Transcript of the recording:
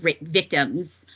victim's